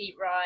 right